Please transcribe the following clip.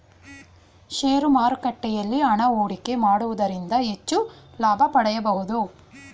share ಮಾರುಕಟ್ಟೆಯಲ್ಲಿ ಹಣ ಹೂಡಿಕೆ ಮಾಡುವುದರಿಂದ ಹೆಚ್ಚು ಲಾಭ ಪಡೆಯಬಹುದು